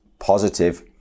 positive